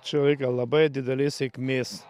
čia reikia labai didelės sėkmės